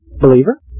believer